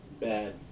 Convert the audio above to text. Bad